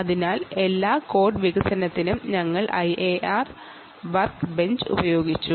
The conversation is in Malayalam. അതിനാൽ ഏതൊരു കോഡ് വികസിപ്പിക്കുന്നതിനും ഞങ്ങൾ IAR വർക്ക് ബെഞ്ച് ഉപയോഗിക്കുന്നു